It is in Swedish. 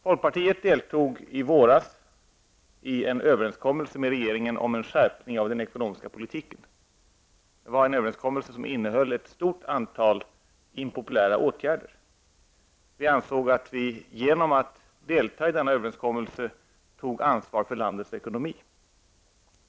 Folkpartiet deltog i våras i en överenskommelse med regeringen om en skärpning av den ekonomiska politiken. Det var en överenskommelse som innehöll ett stort antal impopulära åtgärder. Vi ansåg att vi genom att delta i den här överenskommelsen tog ansvar för landets ekonomi.